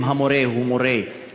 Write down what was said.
אם המורה חזק,